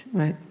right?